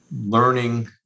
learning